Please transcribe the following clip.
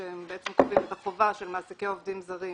שקובעים את החובה של מעסיקי עובדים זרים